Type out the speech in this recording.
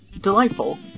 delightful